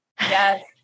Yes